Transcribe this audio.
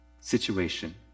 situation